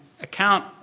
account